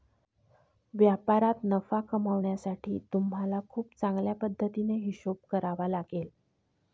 व्यापारात नफा कमावण्यासाठी तुम्हाला खूप चांगल्या पद्धतीने हिशोब करावा लागेल